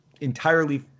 entirely